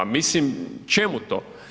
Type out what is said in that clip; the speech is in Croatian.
Mislim, čemu to?